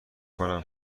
کنم